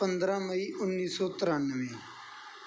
ਪੰਦਰਾਂ ਮਈ ਉੱਨੀ ਸੌ ਤਰਾਨਵੇਂ